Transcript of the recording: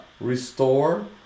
restore